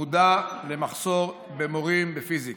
מודע למחסור במורים בפיזיקה.